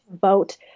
vote